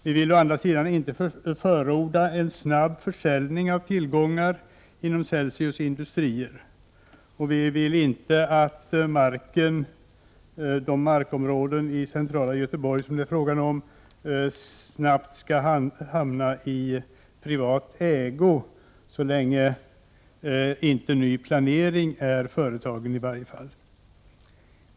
Vi vill å andra sidan inte förorda en snabb försäljning av tillgångar inom Celsius Industrier. Vi vill inte att de markområden i centrala Göteborg som det är fråga om snabbt skall hamna i privat ägo, i vart fall inte så länge ny planering inte är företagen.